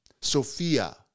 Sophia